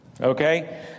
Okay